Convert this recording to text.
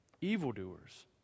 evildoers